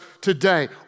today